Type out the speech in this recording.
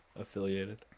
affiliated